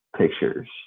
Pictures